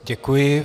Děkuji.